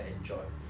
ya